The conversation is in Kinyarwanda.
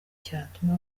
cyatuma